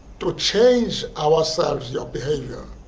to change ourselves' young behavior.